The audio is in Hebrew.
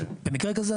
במקרה כזה,